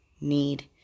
need